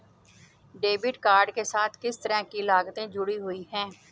Debit card के साथ किस तरह की लागतें जुड़ी हुई हैं?